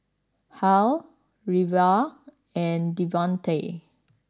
Hal Reva and Devante